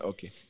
Okay